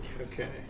Okay